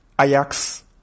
Ajax